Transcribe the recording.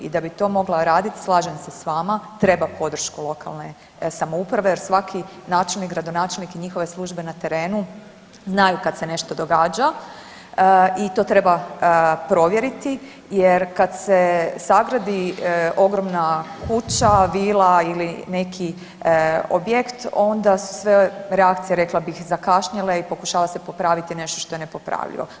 I da bi to mogla raditi, slažem se s vama treba podršku lokalne samouprave jer svaki načelnik, gradonačelnik i njihove službe na terenu znaju kad se nešto događa i to treba provjeriti jer kad se sagradi ogromna kuća, vila ili neki objekt onda su sve ove reakcije zakašnjele i pokušava se popraviti nešto što je nepopravljivo.